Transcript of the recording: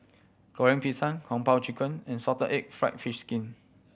Goreng Pisang Kung Po Chicken and salted egg fried fish skin